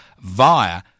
via